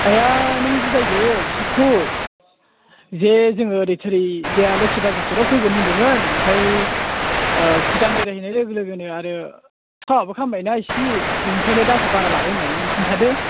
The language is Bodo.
आया नों बुजायदो बिसोरखौ जे जोङो ओरै थोरै बे लोखि बाजारसेल' फैगोन होनदोंमोन ओमफ्राय ओ भुटान बेरायहैनाय लोगो लोगोनो आरो थावआबो खामबायना इसे बेनिखायनो दामखौ बारा लाबाय होननानै नों खिनथादो